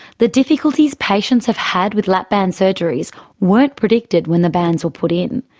the difficulties patients have had with lap band surgeries weren't predicted when the bands were put in.